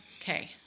Okay